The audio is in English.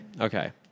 Okay